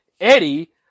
Eddie